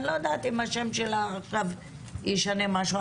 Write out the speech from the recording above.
אני לא יודעת אם השם שלה עכשיו ישנה משהו.